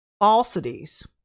falsities